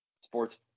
sports